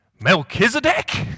Melchizedek